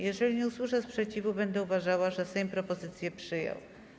Jeżeli nie usłyszę sprzeciwu, będę uważała, że Sejm propozycję przyjął.